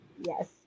yes